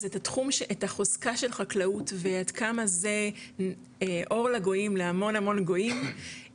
אז את החוזקה של חקלאות ועד כמה זה 'אור לגויים' להמון המון גויים,